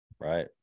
Right